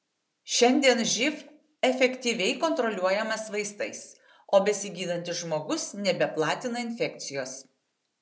šiandien živ efektyviai kontroliuojamas vaistais o besigydantis žmogus nebeplatina infekcijos